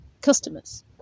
customers